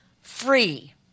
free